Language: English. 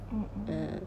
mm mm